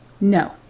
No